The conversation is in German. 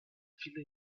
viele